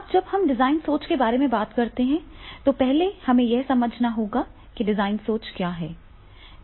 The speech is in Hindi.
अब जब हम डिजाइन सोच के बारे में बात करते हैं तो पहले हमें यह समझना होगा कि डिजाइन सोच क्या है